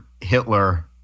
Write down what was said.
Hitler